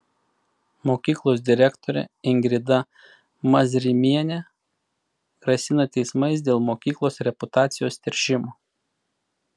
mokyklos direktorė ingrida mazrimienė grasina teismais dėl mokyklos reputacijos teršimo